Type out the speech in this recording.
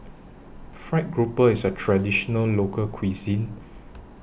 Fried Grouper IS A Traditional Local Cuisine